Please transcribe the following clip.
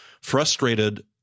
frustrated